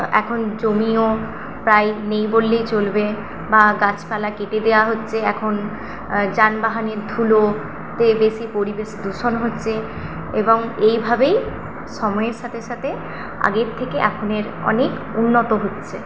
এখন জমিও প্রায় নেই বললেই চলবে বা গাছপালা কেটে দেওয়া হচ্ছে এখন যানবাহনের ধুলোতে বেশি পরিবেশ দূষণ হচ্ছে এবং এই ভাবেই সময়ের সাথে সাথে আগের থেকে এখনের অনেক উন্নত হচ্ছে